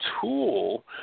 tool